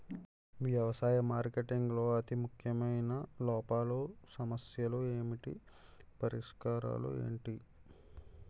వ్యవసాయ మార్కెటింగ్ లో అతి ముఖ్యమైన లోపాలు సమస్యలు ఏమిటి పరిష్కారాలు ఏంటి?